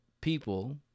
people